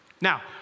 Now